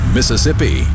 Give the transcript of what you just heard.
Mississippi